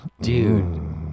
Dude